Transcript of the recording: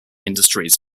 industries